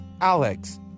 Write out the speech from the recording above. Alex